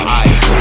eyes